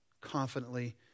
confidently